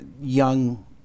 young